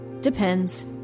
Depends